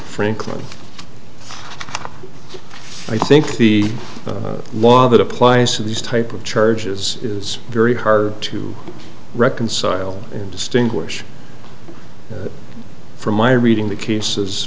frankly i think the law that applies to these type of charges is very hard to reconcile in distinguish it from my reading the cases